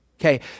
Okay